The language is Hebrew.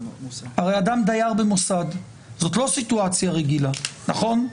הרי אדם דייר במוסד זאת לא סיטואציה רגילה, נכון?